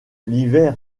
l’hiver